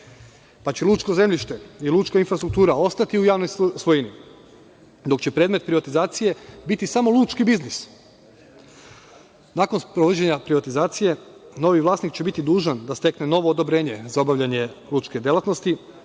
pa će lučko zemljište i lučka infrastruktura ostati u javnoj svojini, dok će predmet privatizacije biti samo lučki biznis. Nakon sprovođenja privatizacije novi vlasnik će biti dužan da stekne novo odobrenje za obavljanje lučke delatnosti